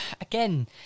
again